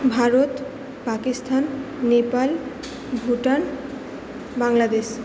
Bharat Pakistan Nepal Bhutan Bangladesh